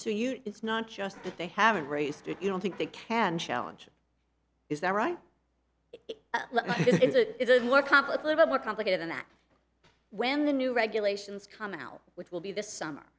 to you it's not just that they haven't raised it you don't think they can challenge is that right it is it is more complex little bit more complicated than that when the new regulations come out which will be this summer